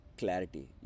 clarity